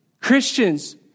Christians